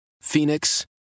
Phoenix